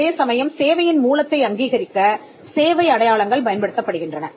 அதேசமயம் சேவையின் மூலத்தை அங்கீகரிக்க சேவை அடையாளங்கள் பயன்படுத்தப்படுகின்றன